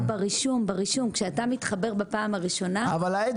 לא, ברישום, כשאתה מתחבר בפעם הראשונה -- אבל מה?